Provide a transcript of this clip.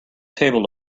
table